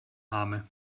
arme